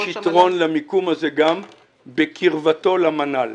יש יתרון למיקום הזה גם בקרבתו למנ"ל.